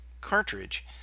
cartridge